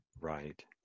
Right